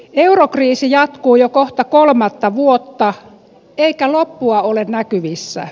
eurokriisi jatkuu jo kohta kolmatta vuotta eikä loppua ole näkyvissä